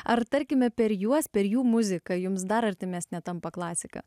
ar tarkime per juos per jų muziką jums dar artimesnė tampa klasika